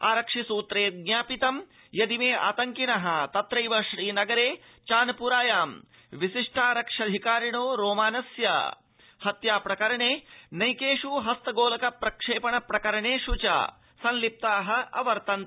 आरक्षि सूत्रैज्ञापितं यदिमे आंतकिनः तत्रैव श्रीनगरे चानपुरायां विशिष्टारक्ष्यधि कारिणो रोमानस्य हत्या प्रकरणे नैकेष् हस्तगोलक प्रक्षेपण प्रकरणेष् च संलिप्ताः अवर्तन्त